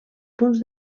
punts